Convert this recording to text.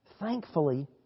Thankfully